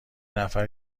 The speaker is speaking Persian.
نفر